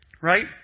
right